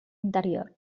interior